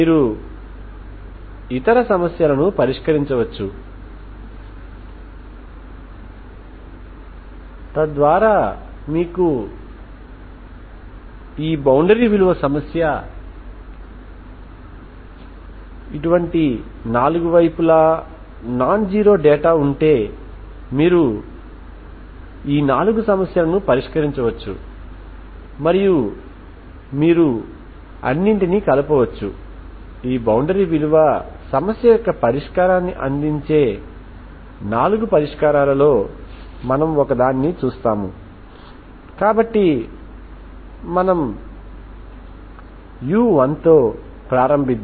ఇప్పుడు మీరు ఇక్కడ λ 0 ని చూడవచ్చు కనుక ఈ Xx0 0xLకొరకు మరియు బౌండరీ కండిషన్X00 మరియు XL0 ఇక్కడ సాధారణ పరిష్కారం Xxc1xc2 ఇప్పుడు మీరుX00 బౌండరీ కండిషన్ ని వర్తింపజేస్తారు ఇది నాకు Xxc1